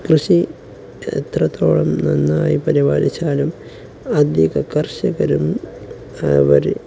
കൃഷി എത്രത്തോളം നന്നായി പരിപാലിച്ചാലും അധിക കർഷകരും അവര്